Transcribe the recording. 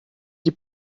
die